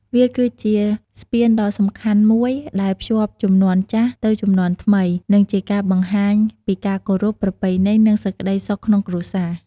វាគឺជាស្ពានដ៏សំខាន់មួយដែលភ្ជាប់ជំនាន់ចាស់ទៅជំនាន់ថ្មី និងជាការបង្ហាញពីការគោរព ប្រពៃណី និងសេចក្តីសុខក្នុងគ្រួសារ។